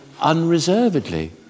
unreservedly